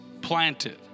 planted